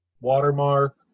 watermark